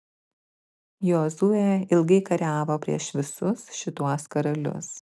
jozuė ilgai kariavo prieš visus šituos karalius